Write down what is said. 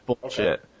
Bullshit